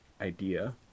idea